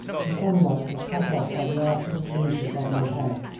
the sunlight was cut off by the arches of leaves above my head,